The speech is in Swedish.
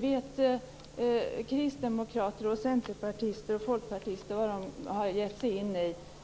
Vet kristdemokrater, centerpartister och folkpartister vad de har gett sig in